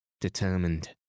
determined